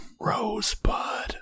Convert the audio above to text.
Rosebud